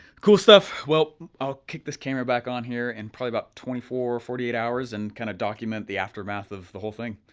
cool stuff, well, i'll kick this camera back on here, in probably about twenty four or forty eight hours, and kinda document the aftermath of the whole thing.